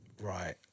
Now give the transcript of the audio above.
right